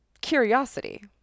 curiosity